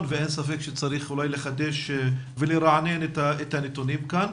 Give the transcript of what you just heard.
ואין ספק שצריך אולי לחדש ולרענן את הנתונים כאן.